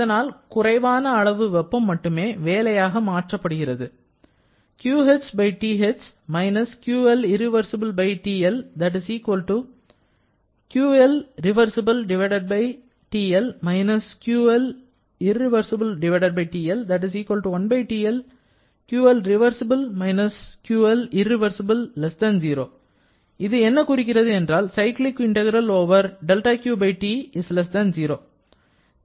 இதனால் குறைவான அளவு வெப்பம் மட்டுமே வேலையாக மாற்றப்படுகிறது எனவே இது என்ன குறிக்கிறது என்றால்